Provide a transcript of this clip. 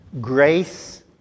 Grace